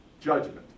Judgment